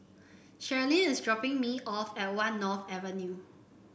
Cherilyn is dropping me off at One North Avenue